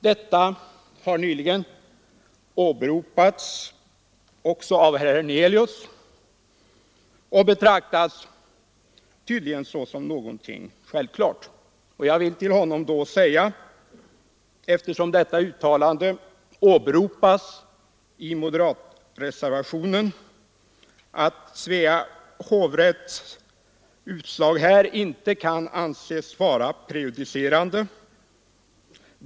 Detta har nyligen åberopats också av herr Hernelius och betraktas tydligen såsom någonting självklart. Eftersom detta uttalande åberopas i moderatreservationen vill jag till herr Hernelius säga att Svea hovrätts utslag här inte kan anses vara prejudicerande.